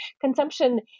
consumption